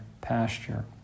pasture